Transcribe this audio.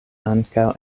ankaŭ